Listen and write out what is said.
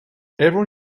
everyone